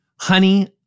Honey